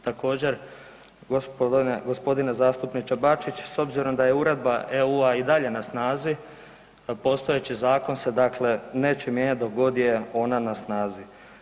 Također, gospodine zastupniče Bačić s obzirom da je uredba EU i dalje na snazi postojeći zakon se dakle neće mijenjati dok god je ona na snazi.